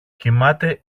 κοιμάται